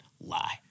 lie